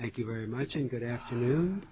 thank you very much and good afternoon